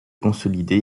consolider